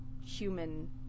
human